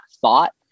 thought